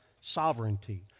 sovereignty